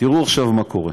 תראו עכשיו מה קורה.